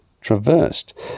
traversed